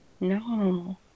No